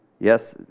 Yes